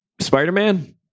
Spider-Man